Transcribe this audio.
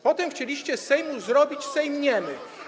Potem chcieliście z Sejmu zrobić Sejm niemy.